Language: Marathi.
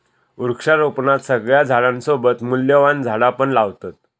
वृक्षारोपणात सगळ्या झाडांसोबत मूल्यवान झाडा पण लावतत